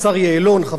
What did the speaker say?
חבל שהוא לא נמצא,